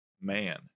Man